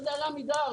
זה דיירי עמידר,